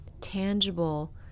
tangible